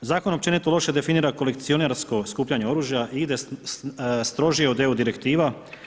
Zakon općenito loše definira kolekcionarsko skupljanje oružja i ide strožije od EU direktiva.